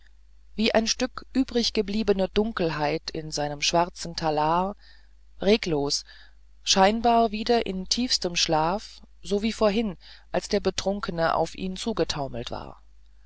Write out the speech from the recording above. wie ein stück übriggebliebene dunkelheit in seinem schwarzen talar regungslos scheinbar wieder in tiefstem schlaf so wie vorhin als der betrunkene auf ihn zugetaumelt war